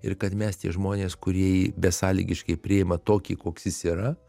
ir kad mes tie žmonės kurie jį besąlygiškai priima tokį koks jis yra